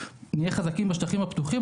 אם נהיה חזקים בשטחים הפתוחים,